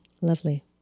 Lovely